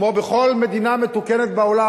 כמו בכל מדינה מתוקנת בעולם.